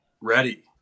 ready